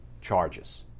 Charges